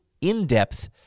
in-depth